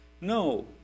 No